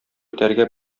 итәргә